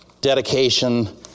dedication